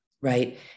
right